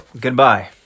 goodbye